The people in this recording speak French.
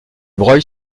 breuil